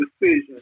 decision